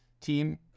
team